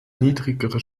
niedrigere